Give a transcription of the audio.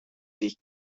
sich